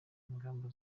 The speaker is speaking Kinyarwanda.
ingamba